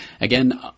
Again